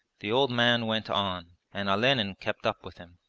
the old man went on and olenin kept up with him.